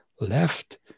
left